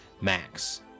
max